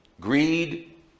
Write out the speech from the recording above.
Greed